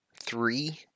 three